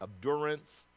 Abdurance